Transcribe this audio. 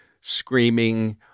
screaming